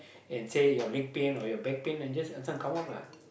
and say your leg pain or your back pain and just come on lah